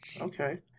Okay